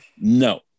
no